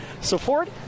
support